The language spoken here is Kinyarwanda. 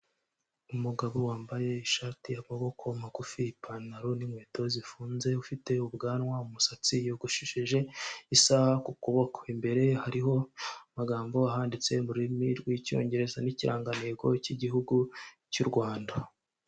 Umugabo wambaye ishati y'amaboko magufi, ipantaro n'inkweto zifunze, ufite ubwanwa, umusatsi yogoshesheje, isaha ku kuboko, imbere hariho amagambo ahanditse mu rurimi rw'icyongereza n'ikirangantego cy'igihugu cy'u Rwanda.